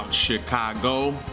Chicago